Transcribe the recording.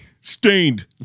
Stained